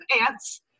ants